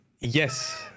Yes